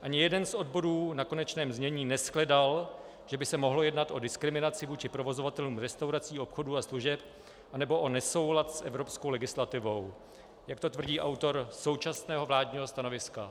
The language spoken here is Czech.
Ani jeden z odborů na konečném znění neshledal, že by se mohlo jednat o diskriminaci vůči provozovatelům restaurací, obchodů a služeb anebo o nesoulad s evropskou legislativou, jak to tvrdí autor současného vládního stanoviska.